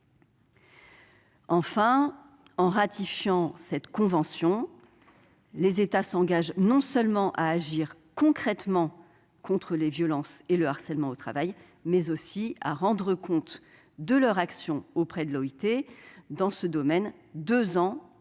En ratifiant cette convention, les États s'engagent non seulement à agir concrètement contre les violences et le harcèlement au travail, mais aussi à rendre compte de leur action auprès de l'OIT dans ce domaine, deux ans après